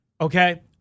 okay